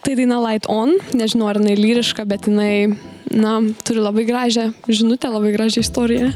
tai daina lait on nežinau ar jinai lyriška bet jinai na turi labai gražią žinutę labai gražią istoriją